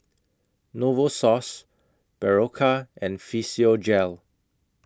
Novosource Berocca and Physiogel